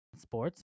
sports